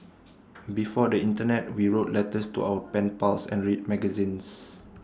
before the Internet we wrote letters to our pen pals and read magazines